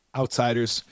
outsiders